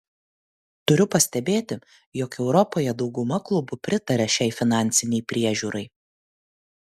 turiu pastebėti jog europoje dauguma klubų pritaria šiai finansinei priežiūrai